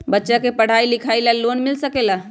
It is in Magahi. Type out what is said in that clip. बच्चा के पढ़ाई लिखाई ला भी लोन मिल सकेला?